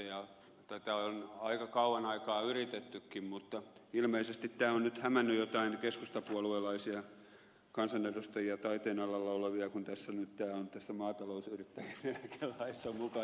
tätä on aika kauan aikaa yritettykin mutta ilmeisesti tämä on nyt hämännyt joitain keskustapuoluelaisia kansanedustajia taiteen alalla olevia kun tämä on nyt tässä maatalousyrittäjien eläkelaissa mukana